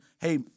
hey